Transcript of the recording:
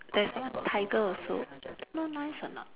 there's one tiger also don't know nice or not